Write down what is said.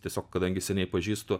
tiesiog kadangi seniai pažįstu